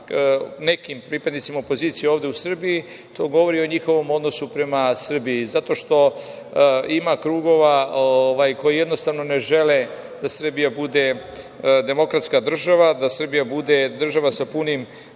nekim pripadnicima opozicije ovde u Srbiji, to govori o njihovom odnosu prema Srbiji, zato što ima krugova koji jednostavno ne žele da Srbija bude demokratska država, da Srbija bude država sa punim